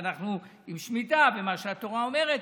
עם שמיטה ומה שהתורה אומרת.